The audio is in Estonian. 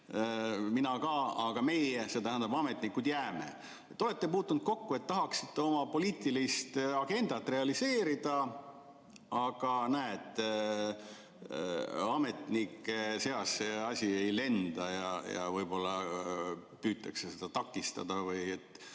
mina ka –, aga meie, see tähendab ametnikud, jääme. Kas olete puutunud kokku sellega, et tahaksite oma poliitilist agendat realiseerida, aga näed, ametnike seas see asi ei lenda ja võib-olla püütakse seda takistada?